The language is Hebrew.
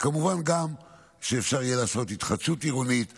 וכמובן גם אפשר יהיה לעשות התחדשות עירונית וכו'.